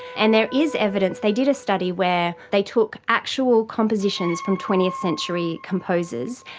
and there is evidence, they did a study where they took actual compositions from twentieth century composers,